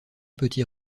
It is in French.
petits